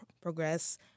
progress